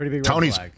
Tony's